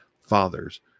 Fathers